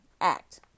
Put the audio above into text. act